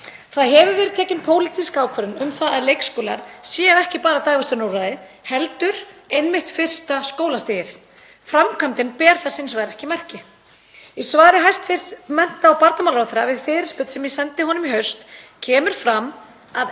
Það hefur verið tekin pólitísk ákvörðun um að leikskólar séu ekki bara dagvistunarúrræði heldur einmitt fyrsta skólastigið. Framkvæmdin ber þess hins vegar ekki merki. Í svari hæstv. mennta- og barnamálaráðherra við fyrirspurn sem ég sendi honum í haust kemur fram að